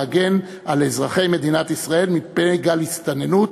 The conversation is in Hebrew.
להגן על אזרחי מדינת ישראל מפני גל הסתננות.